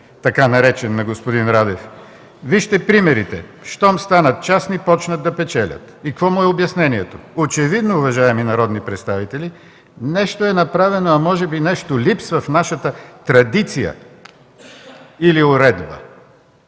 аргумент” на господин Радев: „Вижте примерите – щом станат частни, започват да печелят”. Какво е обяснението му: „Очевидно, уважаеми народни представители, нещо е направено, а може би нещо липсва в нашата традиция или уредба!?”